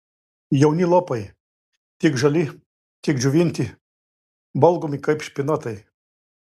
jauni lapai tiek žali tiek džiovinti valgomi kaip špinatai